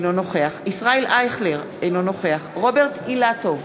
אינו נוכח ישראל אייכלר, אינו נוכח רוברט אילטוב,